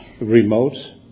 remote